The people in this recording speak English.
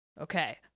okay